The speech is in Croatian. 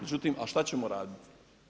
Međutim, a šta ćemo raditi?